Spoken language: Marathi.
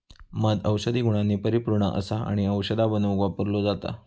मध औषधी गुणांनी परिपुर्ण असा आणि औषधा बनवुक वापरलो जाता